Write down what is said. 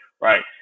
right